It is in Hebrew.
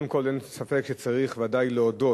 קודם כול אין ספק שצריך בוודאי להודות